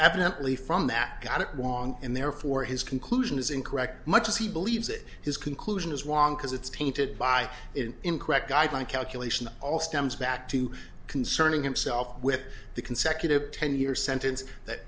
evidently from that got it wrong and therefore his conclusion is incorrect much as he believes that his conclusion is wrong because it's painted by an incorrect guide my calculation all stems back to concerning himself with the consecutive ten year sentence that